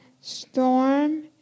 storm